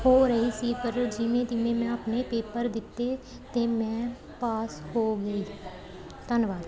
ਹੋ ਰਹੀ ਸੀ ਪਰ ਜਿਵੇਂ ਤਿਵੇਂ ਮੈਂ ਆਪਣੇ ਪੇਪਰ ਦਿੱਤੇ ਅਤੇ ਮੈਂ ਪਾਸ ਹੋ ਗਈ ਧੰਨਵਾਦ